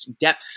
depth